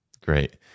Great